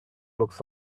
looks